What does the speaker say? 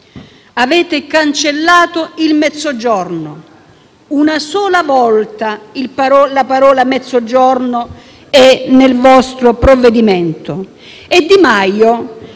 avete cancellato il Mezzogiorno. Una sola volta la parola «Mezzogiorno» è menzionata nel vostro provvedimento. Di Maio,